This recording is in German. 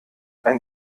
ein